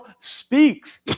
speaks